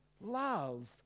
love